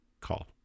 call